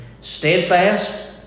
steadfast